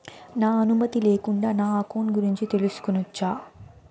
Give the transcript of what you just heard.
నా అనుమతి లేకుండా నా అకౌంట్ గురించి తెలుసుకొనొచ్చా?